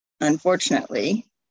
Unfortunately